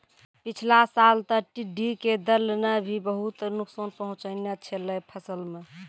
पिछला साल तॅ टिड्ढी के दल नॅ भी बहुत नुकसान पहुँचैने छेलै फसल मॅ